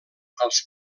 als